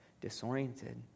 disoriented